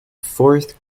fourth